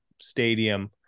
stadium